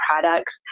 products